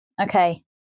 okay